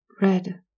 Red